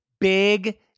big